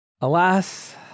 Alas